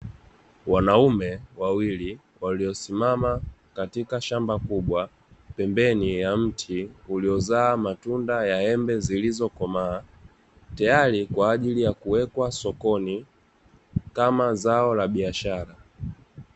Wanaume wawili, waliosimama katika shamba kubwa, pembeni ya mti uliozaa matunda ya embe zilizokomaa, teyari kwa ajili ya kuwekwa sokoni kama zao la biashara.